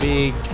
Big